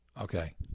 Okay